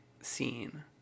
scene